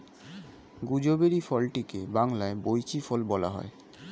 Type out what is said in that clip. gooseberry ফলটিকে বাংলায় বৈঁচি ফল বলা হয়